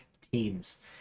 teams